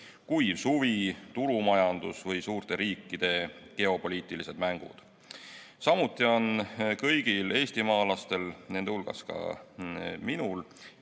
kuiv suvi, turumajandus või suurte riikide geopoliitilised mängud. Samuti on kõigil eestimaalastel, nende hulgas ka minul,